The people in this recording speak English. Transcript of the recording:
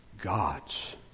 God's